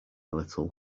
little